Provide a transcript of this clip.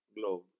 Globe